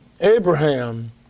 Abraham